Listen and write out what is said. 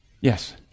Yes